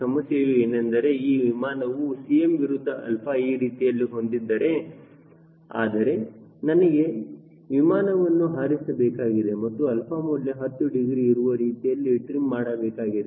ಸಮಸ್ಯೆಯು ಏನೆಂದರೆ ಈ ವಿಮಾನವು Cm ವಿರುದ್ಧ 𝛼 ಈ ರೀತಿಯಲ್ಲಿ ಹೊಂದಿದೆ ಆದರೆ ನನಗೆ ವಿಮಾನವನ್ನು ಹಾರಿಸಬೇಕಾಗಿದೆ ಮತ್ತು 𝛼 ಮೌಲ್ಯ 10 ಡಿಗ್ರಿ ಇರುವ ರೀತಿಯಲ್ಲಿ ಟ್ರಿಮ್ ಮಾಡಬೇಕಾಗಿದೆ